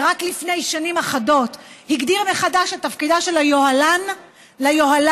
ורק לפני שנים אחדות הגדיר מחדש את תפקידה של היוהל"ן ליוהל"ם,